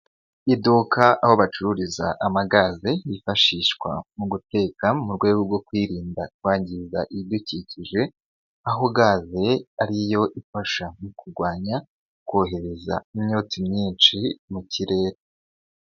Iduka aho bacururiza amagaze yifashishwa mu guteka mu rwego rwo kwirinda kwangiza ibidukikije, aho gaze ariyo ifasha mu kurwanya kohereza imyotsi myinshi mu kirere.